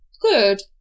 Good